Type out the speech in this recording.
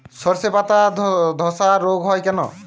শর্ষের পাতাধসা রোগ হয় কেন?